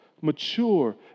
mature